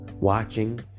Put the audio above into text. Watching